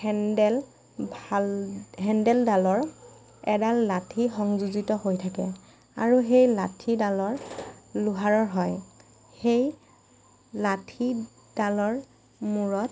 handle ভাল হেন্দেলডালৰ এডাল লাঠি সংযোজিত হৈ থাকে আৰু সেই লাঠিডালৰ লোহাৰৰ হয় সেই লাঠিডালৰ মূৰত